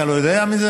אתה לא יודע מזה?